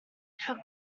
how